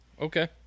okay